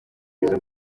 izo